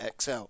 XL